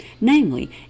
Namely